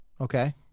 Okay